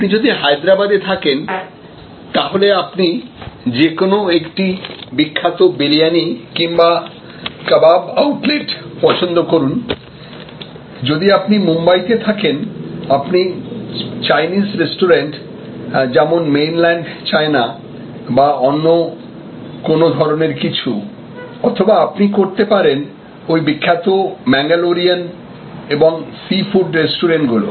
আপনি যদি হায়দ্রাবাদে থাকেন তাহলে আপনি যে কোন একটা বিখ্যাত বিরিয়ানি কিংবা কাবাব আউটলেট পছন্দ করুন যদি আপনি মুম্বাইতে থাকেন আপনি চাইনিজ রেস্টুরেন্ট যেমন মেইনল্যান্ড চায়না বা অন্য কোন ধরনের কিছু অথবা আপনি করতে পারেন ওই বিখ্যাত ম্যাঙ্গালোরিয়ান এবং সি ফুড রেস্টুরেন্ট গুলো